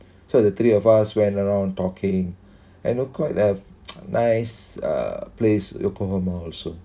so the three of us went around talking and are quite nice uh place yokohama also